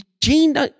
Gene